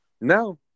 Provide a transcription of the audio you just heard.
No